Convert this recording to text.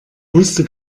wusste